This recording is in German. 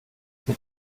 mit